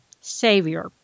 Savior